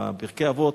בפרקי אבות,